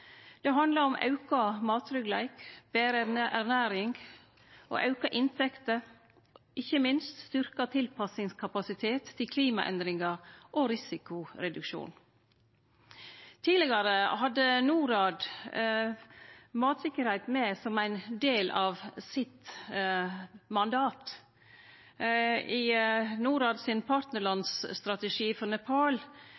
Det handlar om auka mattryggleik, betre ernæring og auka inntekter og ikkje minst styrkt tilpassingskapasitet til klimaendringar og risikoreduksjon. Tidlegare hadde Norad mattryggleik med som ein del av sitt mandat. I